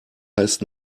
heißt